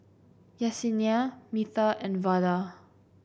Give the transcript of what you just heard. Yessenia Metha and Vada